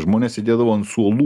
žmonės sėdėdavo ant suolų